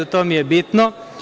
To mi je bitno.